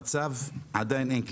המצב הוא שעדיין אין קליטה.